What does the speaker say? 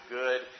good